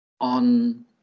on